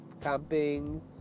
camping